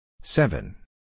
Seven